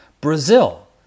Brazil